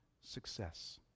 success